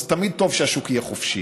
אז תמיד טוב שהשוק יהיה חופשי.